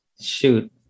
shoot